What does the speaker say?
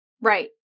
right